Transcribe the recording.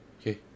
Okay